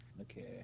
Okay